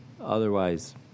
Otherwise